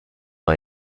war